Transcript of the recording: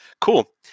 cool